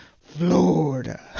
Florida